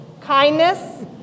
kindness